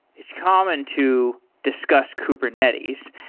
it's common to discuss kubernetes.